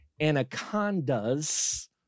anacondas